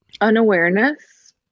Unawareness